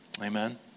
Amen